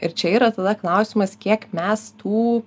ir čia yra tada klausimas kiek mes tų